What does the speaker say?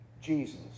Jesus